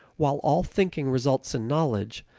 while all thinking results in knowledge,